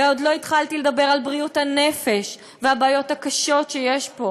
ועוד לא התחלתי לדבר על בריאות הנפש והבעיות הקשות שיש פה,